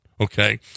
Okay